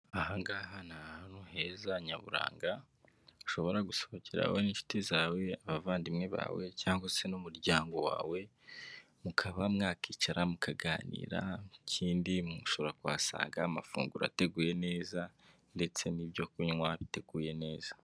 Ahangaha ni ahantu heza nyaburanga ushobora gusohokeraho n'inshuti zawe, abavandimwe bawe, cyangwa se n'umuryango wawe mukaba mwakicara mukaganira ikindi mushobora kuhasanga amafunguro ateguye neza ndetse n'ibyo kunywa biteguye neza.